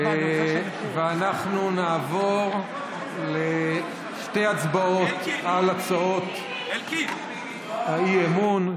אנחנו נעבור לשתי הצבעות על הצעות האי-אמון.